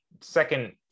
second